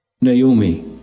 Naomi